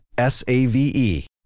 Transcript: SAVE